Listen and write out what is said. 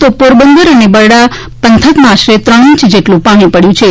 તો પોરબંદર અને બરડા પંથકમાં આશરે ત્રણ ઇંચ પાણી પડ્યું છે